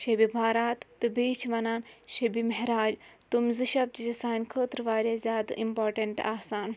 شَبِ بَرات تہٕ بیٚیہِ چھِ وَنان شبِ معراج تِم زٕ شَب تہِ چھِ سانہِ خٲطرٕ واریاہ زیادٕ اِمپارٹیٚنٹ آسان